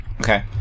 Okay